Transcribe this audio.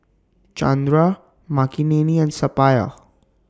Chandra Makineni and Suppiah